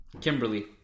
Kimberly